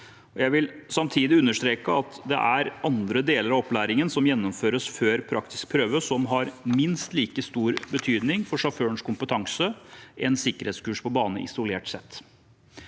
Jeg vil samtidig understreke at det er andre deler av opplæringen som gjennomføres før praktisk prøve, som har minst like stor betydning for sjåførens kompetanse som sikkerhetskurs på bane isolert sett.